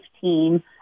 team